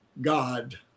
god